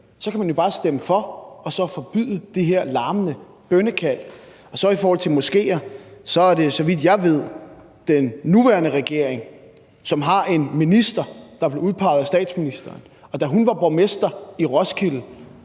kan man jo bare stemme for og så forbyde de her larmende bønnekald. Og i forhold til moskeer er det, så vidt jeg ved, den nuværende regering, som har en minister, der er blevet udpeget af statsministeren, og som, da hun var borgmester i Roskilde,